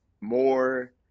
more